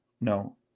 no